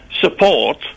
support